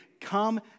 Come